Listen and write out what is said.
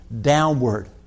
downward